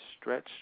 Stretch